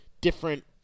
different